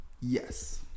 yes